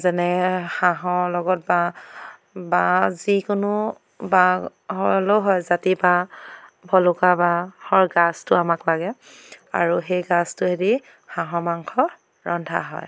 যেনে হাঁহৰ লগত বাঁহ বাঁহ যিকোনো বাঁহ হ'লেও হয় জাতি বাঁহ ভলুকা বাঁহৰ গাজটো আমাক লাগে আৰু সেই গাজটোৱেদি হাঁহৰ মাংস ৰন্ধা হয়